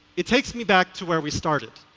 it takes me back to where we started.